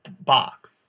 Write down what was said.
box